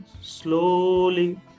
slowly